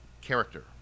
character